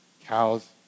cows